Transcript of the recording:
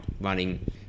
running